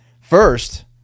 first